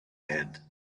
had